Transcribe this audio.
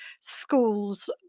schools